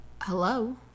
hello